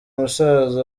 musaza